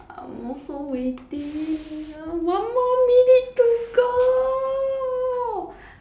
I'm also waiting one more minute to go